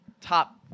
top